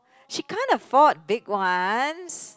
she can't afford big ones